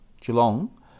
Geelong